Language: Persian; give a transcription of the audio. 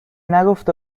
نگفته